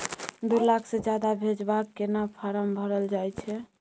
दू लाख से ज्यादा भेजबाक केना फारम भरल जाए छै?